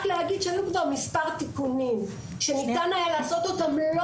רק להגיד שהיו כבר מספר תיקונים שניתן היה לעשותם לא